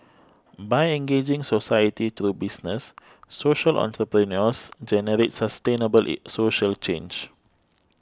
by engaging society through business social entrepreneurs generate sustainable social change